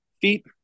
feet